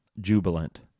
jubilant